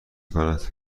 کند